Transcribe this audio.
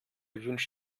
wünsch